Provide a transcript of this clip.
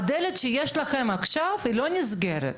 הדלת שיש לכם עכשיו לא נסגרת.